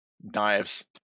Knives